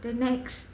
the next